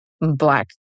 black